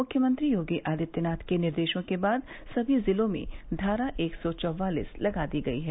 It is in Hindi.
मुख्यमंत्री योगी आदित्यनाथ के निर्देशों के बाद सभी जिलों में धारा एक सौ चौवालिस लगा दी गयी है